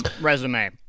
resume